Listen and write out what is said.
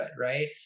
right